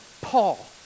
Paul